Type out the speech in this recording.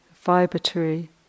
vibratory